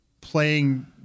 playing